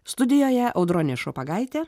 studijoje audronė šopagaitė